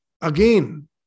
Again